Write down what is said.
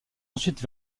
ensuite